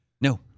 No